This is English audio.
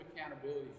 accountability